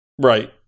Right